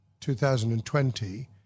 2020